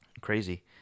Crazy